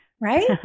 right